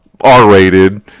R-rated